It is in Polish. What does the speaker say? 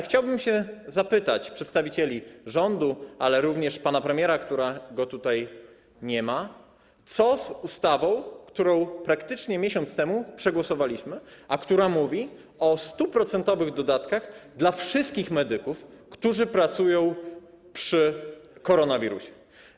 Chciałbym zapytać przedstawicieli rządu, ale również pana premiera, którego tutaj nie ma: Co z ustawą, którą praktycznie miesiąc temu przegłosowaliśmy, a która mówi o 100-procentowych dodatkach dla wszystkich medyków, którzy pracują przy koronawirusie?